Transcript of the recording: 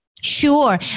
sure